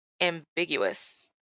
ambiguous